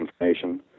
information